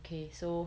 okay so